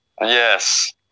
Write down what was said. Yes